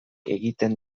egiten